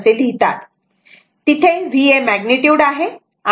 तिथे V हे magnitude आहे आणि e jθ आहे